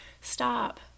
Stop